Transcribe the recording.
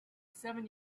seven